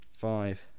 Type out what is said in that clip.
Five